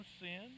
sin